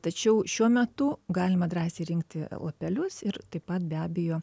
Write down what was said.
tačiau šiuo metu galima drąsiai rinkti lapelius ir taip pat be abejo